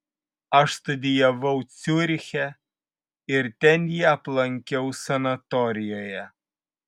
aš studijavau ciuriche ir ten jį aplankiau sanatorijoje